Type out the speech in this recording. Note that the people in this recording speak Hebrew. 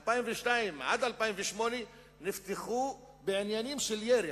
מאז 2002 עד 2008 נפתחו בעניינים של ירי,